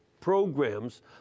programs